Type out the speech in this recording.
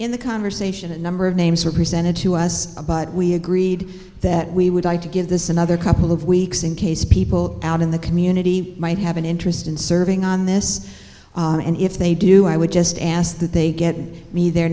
in the conversation a number of names are presented to us a but we agreed that we would like to give this another couple of weeks in case people out in the community might have an interest in serving on this and if they do i would just ask that they get me their